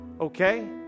Okay